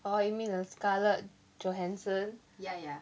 oh you mean the scarlet johansson